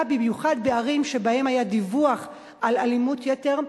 במיוחד בערים שבהן היה דיווח על אלימות יתר,